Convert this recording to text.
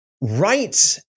right